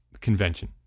convention